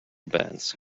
bands